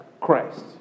Christ